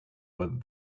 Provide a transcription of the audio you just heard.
whether